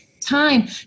time